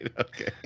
Okay